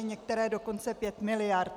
Některé dokonce 5 miliard.